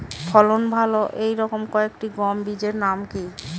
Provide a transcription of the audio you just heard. ফলন ভালো এই রকম কয়েকটি গম বীজের নাম কি?